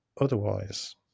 otherwise